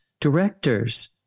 directors